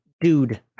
dude